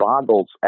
boggles